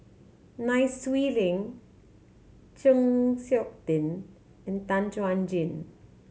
Nai Swee Leng Chng Seok Tin and Tan Chuan Jin